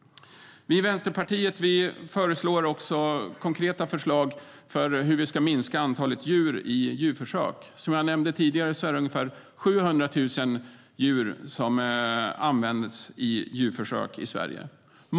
Som jag nämnde tidigare används ungefär 700 000 djur i djurförsök i Sverige.